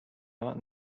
not